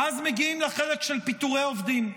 ואז מגיעים לחלק של פיטורי עובדים.